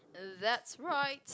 that's right